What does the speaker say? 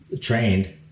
trained